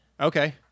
Okay